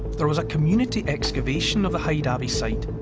there was a community excavation of the hyde abbey site.